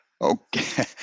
Okay